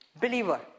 believer